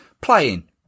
playing